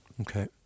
okay